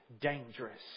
dangerous